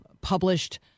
published